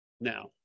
now